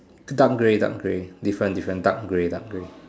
dark grey dark grey different different dark grey dark grey